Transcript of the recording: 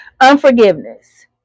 Unforgiveness